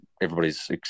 everybody's